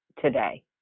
today